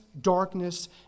Darkness